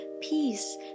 peace